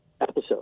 episode